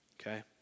Okay